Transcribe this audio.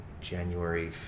January